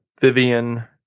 Vivian